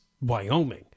Wyoming